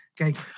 Okay